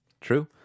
True